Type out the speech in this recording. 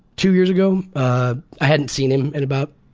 two years ago ah i hadn't seen him in about